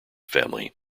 family